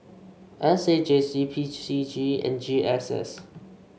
S A J C P C G and G S S